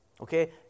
Okay